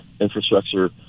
infrastructure